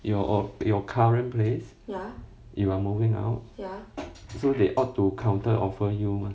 your your current place you are moving out so they ought to counter offer you mah